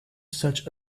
such